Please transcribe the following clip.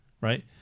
right